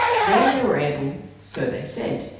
there they were able, so they said,